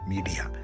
Media